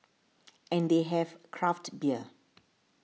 and they have craft beer